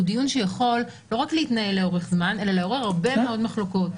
הוא דיון שיכול לא רק להתנהל לאורך זמן אלא לעורר הרבה מאוד מחלוקות.